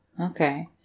Okay